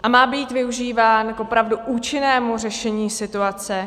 A má být využíván k opravdu účinnému řešení situace.